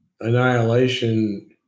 annihilation